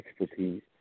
Expertise